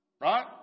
right